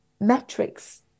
metrics